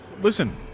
listen